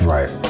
Right